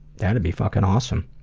that would be fucking awesome.